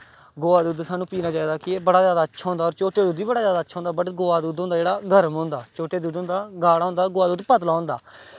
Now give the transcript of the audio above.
गवै दा दुद्ध असेंगी पीना चाहिदा कि बड़ा जादा अच्छा होंदा होर झोटी दा दुद्ध बी बड़ा जादा अच्छा होंदा बट गवा दा दुद्ध जेह्ड़ा गर्म होंदा झोटी दी दुद्ध होंदा गाढ़ा होंदा गवा दा दुद्ध पतला होंदा